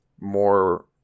more